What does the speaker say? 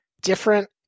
different